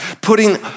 putting